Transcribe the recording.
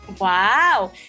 Wow